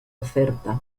oferta